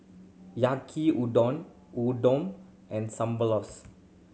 Yaki Udon Udon and